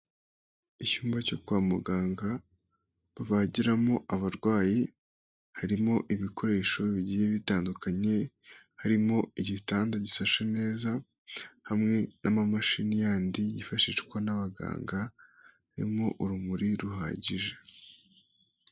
Icyumba cyo kwa muganga bagiramo abarwayi harimo ibikoresho bigiye bitandukanye, harimo igitanda gisashe neza hamwe n'amamashini yandi yifashishwa n'abaganga, harimo urumuri ruhagije.